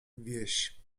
wieś